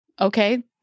okay